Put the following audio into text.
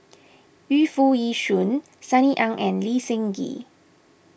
Yu Foo Yee Shoon Sunny Ang and Lee Seng Gee